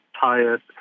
tired